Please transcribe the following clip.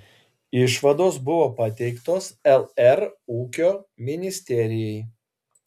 išvados buvo pateiktos lr ūkio ministerijai